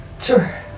Sure